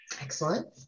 excellent